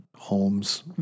homes